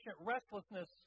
restlessness